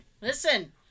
Listen